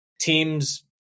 teams